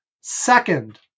second